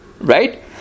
Right